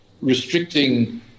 restricting